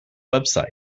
website